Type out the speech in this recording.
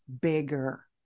bigger